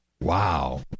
Wow